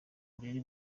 burere